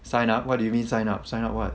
sign up what do you mean sign up sign up what